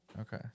Okay